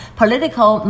political